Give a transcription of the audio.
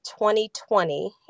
2020